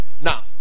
Now